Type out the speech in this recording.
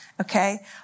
Okay